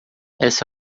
essa